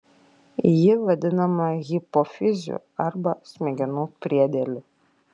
ji vadinama hipofiziu arba smegenų priedėliu